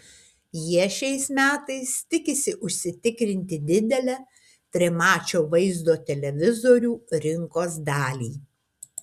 jie šiais metais tikisi užsitikrinti didelę trimačio vaizdo televizorių rinkos dalį